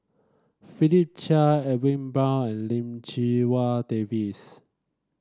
Philip Chia Edwin Brown and Lim Chee Wai David